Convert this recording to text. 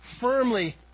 firmly